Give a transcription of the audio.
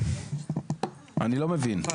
שבעה.